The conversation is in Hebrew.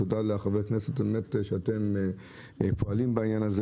תודה לחברי הכנסת שאתם פועלים בעניין הזה